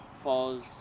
falls